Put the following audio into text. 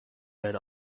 red